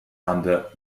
under